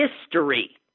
history